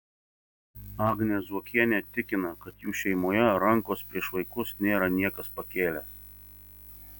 agnė zuokienė tikina kad jų šeimoje rankos prieš vaikus nėra niekas pakėlęs